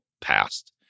passed